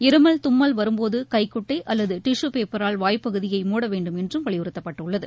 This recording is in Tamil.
இருமல் தும்மல் வரும்போது கைகுட்டை அல்லது டிஷு பேப்பரால் வாய் பகுதியை மூட வேண்டும் என்றும் வலியுறுத்தப்பட்டுள்ளது